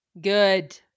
Good